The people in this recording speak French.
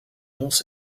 mons